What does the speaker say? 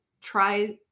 tries